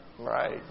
Right